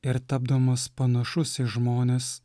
ir tapdamas panašus į žmones